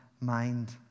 Mind